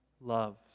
loves